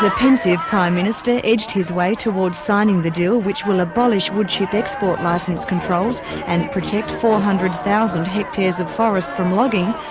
pensive prime minister edged his way towards signing the deal, which will abolish woodchip export licence controls and protect four hundred thousand hectares of forest from logging,